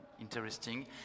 interesting